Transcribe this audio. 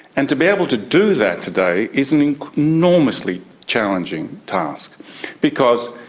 and to be able to do that today is an enormously challenging task because,